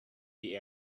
the